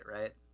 right